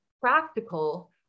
practical